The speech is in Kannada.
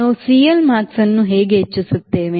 ನಾವು ಸಿಎಲ್ಮ್ಯಾಕ್ಸ್ ಅನ್ನು ಹೇಗೆ ಹೆಚ್ಚಿಸುತ್ತೇವೆ